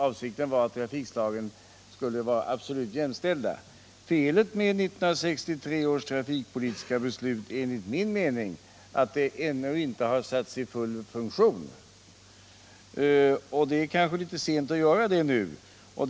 Avsikten var att trafikslagen skulle vara absolut jämställda. Felet med 1963 års trafikpolitiska beslut är enligt min mening att det ännu inte har satts i full funktion. Det är kanske litet sent att göra det nu.